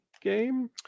game